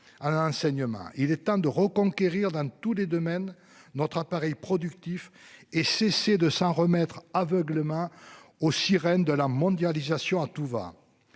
À l'enseignement. Il est temps de reconquérir dans tous les domaines notre appareil productif et cesser de s'en remettre aveuglément aux sirènes de la mondialisation à tout va.